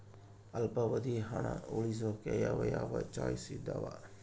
ಅಲ್ಪಾವಧಿ ಹಣ ಉಳಿಸೋಕೆ ಯಾವ ಯಾವ ಚಾಯ್ಸ್ ಇದಾವ?